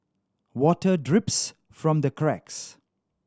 water drips from the cracks